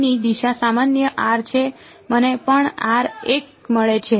ની દિશા સામાન્ય છે મને પણ 1 મળે છે